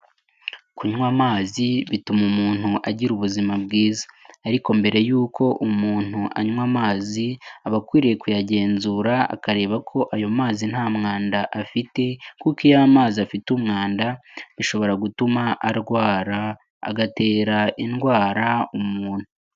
Kunywa amazi bituma umuntu agira ubuzima bwiza. Ariko mbere y'uko umuntu anywa amazi aba akwiriye kuya genzura akareba ko ayo manzi nta mwanda afite, kuko iyo amazi afite umwanda bishobora gutuma arwara bigatera indwara umuntu.